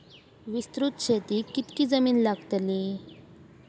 विस्तृत शेतीक कितकी जमीन लागतली?